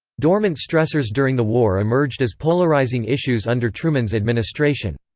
dormant stressors during the war emerged as polarizing issues under truman's administration.